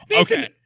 Okay